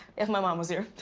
if my mom was here.